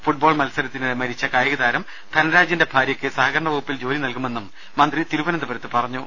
football മത്സരത്തിനിടെ മരിച്ച കായികതാരം ധനരാജിന്റെ ഭാര്യയ്ക്ക് സഹകരണ വകുപ്പിൽ ജോലി നൽകുമെന്നും മന്ത്രി തിരുവനന്തപുരത്ത് പറഞ്ഞു